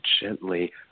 gently